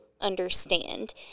understand